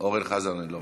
אורן חזן, אני,